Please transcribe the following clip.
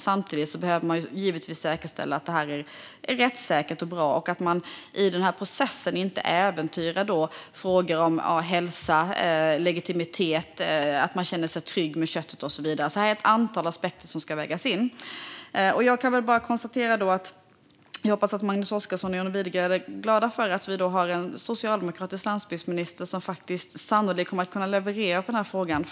Samtidigt behöver man givetvis säkerställa att det är rättssäkert och bra och att man i processen inte äventyrar frågor som hälsa, legitimitet, att man kan känna sig trygg med köttet och så vidare. Det är ett antal aspekter som ska vägas in. Jag hoppas att Magnus Oscarsson och John Widegren är glada för att en socialdemokratisk landsbygdsminister nu faktiskt sannolikt kommer att kunna leverera i frågan.